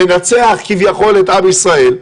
מנצח כביכול את עם ישראל,